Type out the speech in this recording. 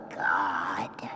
god